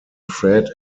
fred